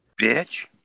Bitch